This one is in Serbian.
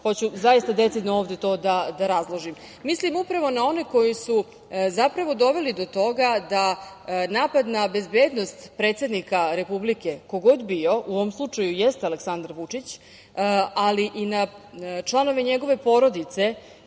Hoću zaista decidno to ovde da razložim. Mislim upravo na one koji su zapravo doveli do toga da napad na bezbednost predsednika republike, ko god bio, u ovom slučaju jeste Aleksandar Vučić, ali i na članove njegove porodice,